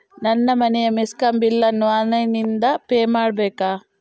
ನನ್ನ ಮನೆಯ ಮೆಸ್ಕಾಂ ಬಿಲ್ ಅನ್ನು ಆನ್ಲೈನ್ ಇಂದ ಪೇ ಮಾಡ್ಬೇಕಾ?